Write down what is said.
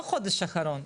לא מהחודש האחרון,